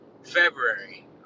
February